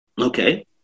Okay